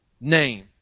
name